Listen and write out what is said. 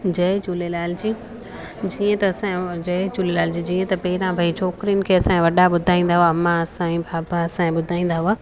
जय झूलेलाल जी जीअं त असांजो जय झूलेलाल जी जीअं त पहिरां भई छोकिरियुनि खे असांजा वॾा ॿुधाईंदा हुआ अमा साईं भाभा साईं ॿुधाईंदा हुआ